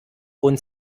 und